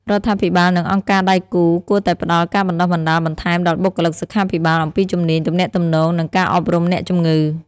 រដ្ឋាភិបាលនិងអង្គការដៃគូគួរតែផ្តល់ការបណ្តុះបណ្តាលបន្ថែមដល់បុគ្គលិកសុខាភិបាលអំពីជំនាញទំនាក់ទំនង និងការអប់រំអ្នកជំងឺ។